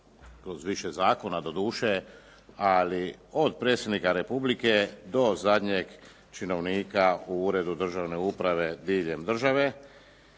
kroz više zakona doduše ali od Predsjednika Republike do zadnjeg činovnika u uredu državne uprave diljem države